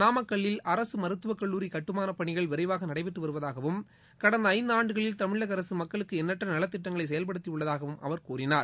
நாமக்கல்லில் அரசு மருத்துவக்கல்லூரி கட்டுமாள பணிகள் விரைவாக நடைபெற்று வருவதாகவும் கடந்த ஐந்தாண்டுகளில் தமிழக அரசு மக்களுக்கு எண்ணற்ற நலத்திட்டங்களை செயல்படுத்தியுள்ளதாகவும் அவர் கூறினார்